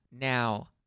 Now